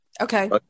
Okay